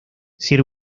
sir